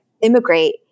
immigrate